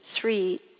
three